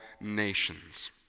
nations